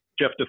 Jeff